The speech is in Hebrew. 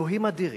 אלוהים אדירים,